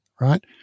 right